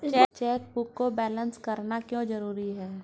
Chequebook को balance करना क्यों जरूरी है?